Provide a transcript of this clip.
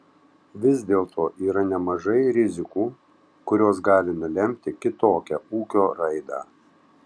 vis dėlto yra nemažai rizikų kurios gali nulemti kitokią ūkio raidą